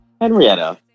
henrietta